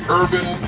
urban